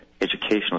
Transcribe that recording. Educational